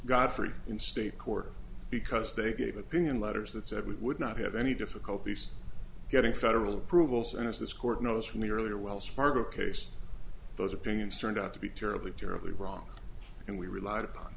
godfrey in state court because they gave opinion letters that said we would not have any difficulties getting federal approval so as this court knows from the earlier wells fargo case those opinions turned out to be terribly terribly wrong and we relied upon